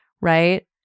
right